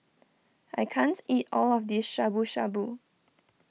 I can't eat all of this Shabu Shabu